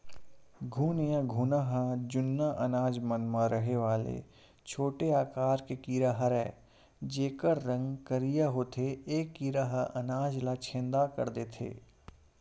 घुन या घुना ह जुन्ना अनाज मन म रहें वाले छोटे आकार के कीरा हरयए जेकर रंग करिया होथे ए कीरा ह अनाज ल छेंदा कर देथे